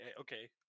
okay